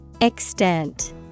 Extent